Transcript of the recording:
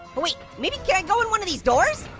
wait, maybe, can i go in one of these doors?